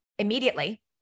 immediately